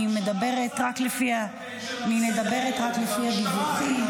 מדברת רק לפי הדיווחים,